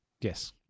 yes